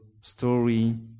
story